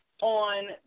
on